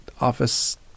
office